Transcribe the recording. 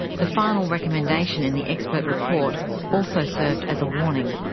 the final recommendation in the expert report also served as a warning.